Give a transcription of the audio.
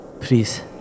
Please